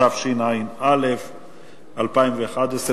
התשע"א 2011,